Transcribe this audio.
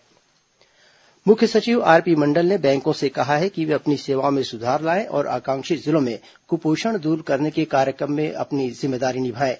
मुख्य सचिव समीक्षा मुख्य सचिव आरपी मंडल ने बैंकों से कहा है कि वे अपनी सेवाओं में सुधार लाएं और आकांक्षी जिलों में क्पोषण दूर करने के कार्य में अपनी जिम्मेदारी निभाएं